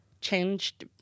changed